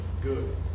good